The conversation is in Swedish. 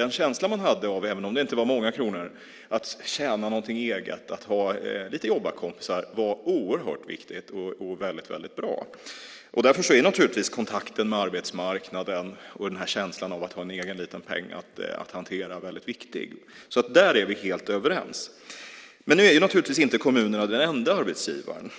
Den känsla man hade av att tjäna något eget, även om det inte var många kronor, och ha några jobbarkompisar var oerhört viktig och väldigt bra. Därför är kontakten med arbetsmarknaden och känslan av att ha en egen liten peng att hantera väldigt viktig. Där är vi helt överens. Men kommunerna är inte den enda arbetsgivaren,